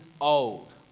old